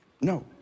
No